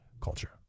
culture